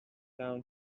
down